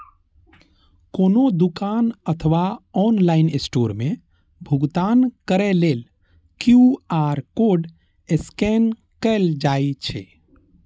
कोनो दुकान अथवा ऑनलाइन स्टोर मे भुगतान करै लेल क्यू.आर कोड स्कैन कैल जाइ छै